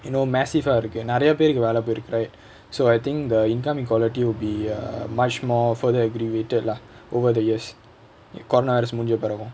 you know mesifa இருக்கு நிறைய பேருக்கு வேல போயிருக்கு:iruku niraiya perukku vela poyirukku right so I think the income inequality will be err much more further aggravated lah over the years coronavirus முடிஞ்ச பிறகு:mudinja piragu